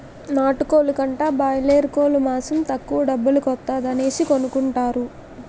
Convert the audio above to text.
నాటుకోలు కంటా బాయలేరుకోలు మాసం తక్కువ డబ్బుల కొత్తాది అనేసి కొనుకుంటారు